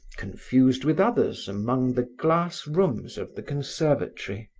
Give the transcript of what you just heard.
confused with others among the glass rooms of the conservatory.